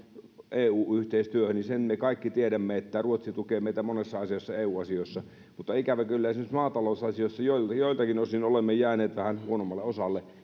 eu yhteistyöhön niin sen me kaikki tiedämme että ruotsi tukee meitä monessa asiassa eu asioissa mutta ikävä kyllä esimerkiksi maatalousasioissa joiltakin osin olemme jääneet vähän huonommalle osalle